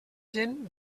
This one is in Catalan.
gent